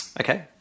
Okay